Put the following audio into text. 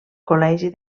col·legi